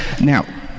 Now